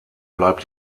bleibt